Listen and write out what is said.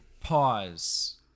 pause